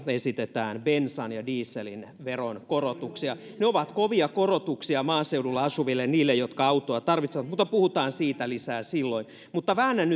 esitetään bensan ja dieselin veronkorotuksia ne ovat kovia korotuksia maaseudulla asuville niille jotka autoa tarvitsevat mutta puhutaan siitä lisää silloin väännän